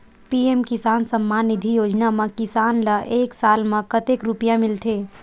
PM Kisan Samman Nidhi Yojana म किसान ल एक साल म कतेक रुपिया मिलथे?